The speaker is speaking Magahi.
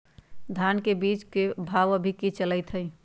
धान के बीज के भाव अभी की चलतई हई?